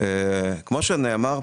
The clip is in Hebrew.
כמו שנאמר פה,